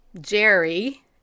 Jerry